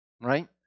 right